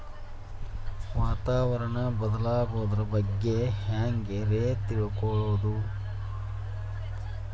ವಾತಾವರಣ ಬದಲಾಗೊದ್ರ ಬಗ್ಗೆ ಹ್ಯಾಂಗ್ ರೇ ತಿಳ್ಕೊಳೋದು?